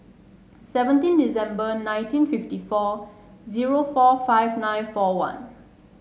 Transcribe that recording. seventeen December nineteen fifty four zero four five eight four one